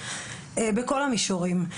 בכל המישורים.